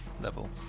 level